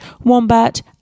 Wombat